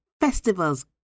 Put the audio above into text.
festivals